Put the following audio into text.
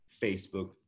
Facebook